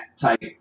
type